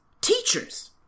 teachers